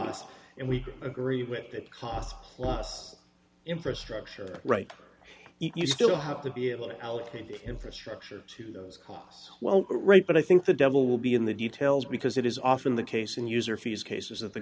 us and we agree with that cost plus infrastructure right you still have to be able to allocate the infrastructure to those costs well right but i think the devil will be in the details because it is often the case in user fees cases that the